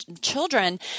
children